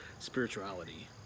spirituality